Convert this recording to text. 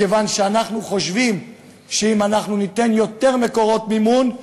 מכיוון שאנחנו חושבים שאם אנחנו ניתן יותר מקורות מימון,